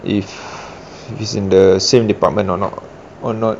if he's in the same department or not or not